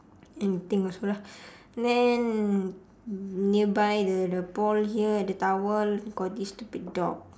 anything also lah and then nearby the the pole here the towel got this stupid dog